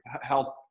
health